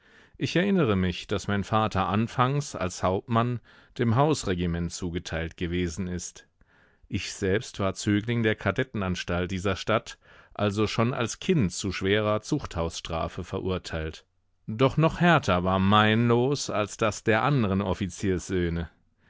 ich erinnere mich daß mein vater anfangs als hauptmann dem hausregiment zugeteilt gewesen ist ich selbst war zögling der kadettenanstalt dieser stadt also schon als kind zu schwerer zuchthausstrafe verurteilt doch noch härter war mein los als das der anderen